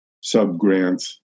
sub-grants